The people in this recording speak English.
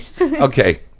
Okay